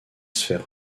sphère